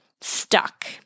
stuck